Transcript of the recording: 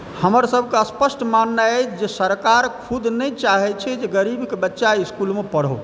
हमर सबके स्पष्ट माननाइ अछि जे सरकार खुद नहि चाहै छै जे गरीबके बच्चा इसकुलमे पढ़ै